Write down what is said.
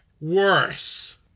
worse